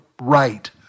right